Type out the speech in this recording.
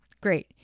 great